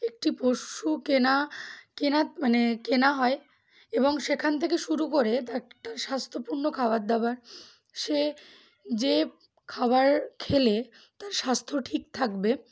একটি পশু কেনা কেনা মানে কেনা হয় এবং সেখান থেকে শুরু করে তার তার স্বাস্থ্যপূর্ণ খাবার দাবার সে যে খাবার খেলে তার স্বাস্থ্য ঠিক থাকবে